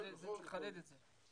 צריך לחדד את זה.